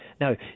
Now